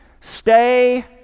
Stay